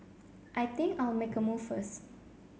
I think I'll make a move first